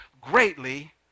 Greatly